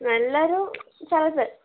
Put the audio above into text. നല്ലൊരു സ്ഥലത്ത്